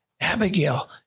Abigail